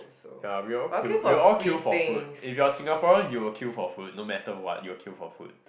ya we will all queue we will all queue for food if you are Singaporean you will queue for food no matter what you will queue for food